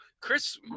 Chris